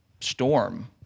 storm